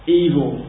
evil